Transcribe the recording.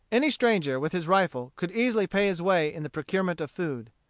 any stranger, with his rifle, could easily pay his way in the procurement of food.